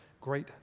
great